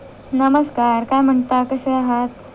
नमस्कार काय म्हणता कसे आहात